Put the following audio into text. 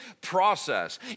process